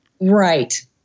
Right